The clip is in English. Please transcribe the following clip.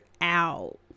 out